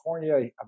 California